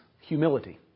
humility